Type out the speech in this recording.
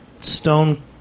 stone